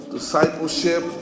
Discipleship